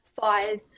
five